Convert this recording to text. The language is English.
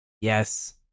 Yes